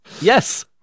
Yes